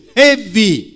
heavy